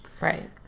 right